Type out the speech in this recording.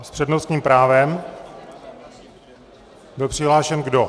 S přednostním právem byl přihlášen kdo?